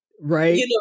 right